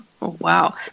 Wow